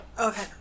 Okay